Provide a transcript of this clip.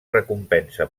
recompensa